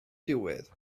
diwedd